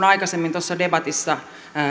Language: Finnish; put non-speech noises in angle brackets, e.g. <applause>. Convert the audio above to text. <unintelligible> aikaisemmin tuossa debatissa